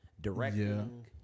Directing